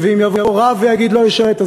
ואם יבוא רב ויגיד לא לשרת,